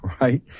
right